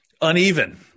Uneven